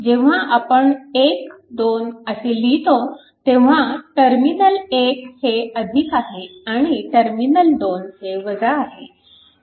जेव्हा आपण 1 2 असे लिहितो तेव्हा टर्मिनल 1 हे आहे आणि टर्मिनल 2 हे आहे